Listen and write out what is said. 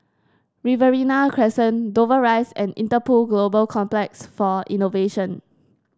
Riverina Crescent Dover Rise and Interpol Global Complex for Innovation